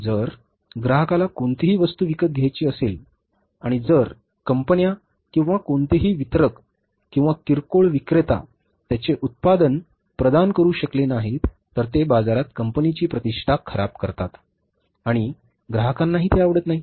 जर ग्राहकाला कोणतीही वस्तू विकत घ्यायची असेल आणि जर कंपन्या किंवा कोणतेही वितरक किंवा किरकोळ विक्रेता त्यांचे उत्पादन प्रदान करू शकले नाहीत तर ते बाजारात कंपनीची प्रतिष्ठा खराब करतात आणि ग्राहकांनाही ते आवडत नाही